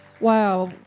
Wow